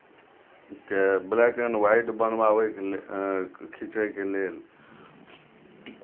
के black and white बनबाबयके लेल खीँचयके लेल